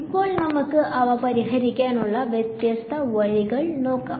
ഇപ്പോൾ നമുക്ക് അവ പരിഹരിക്കാനുള്ള വ്യത്യസ്ത വഴികൾ നോക്കാം